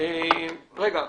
רגע,